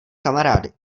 kamarády